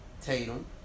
Tatum